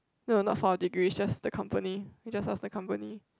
no not for our degree it's just the company just ask the company